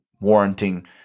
warranting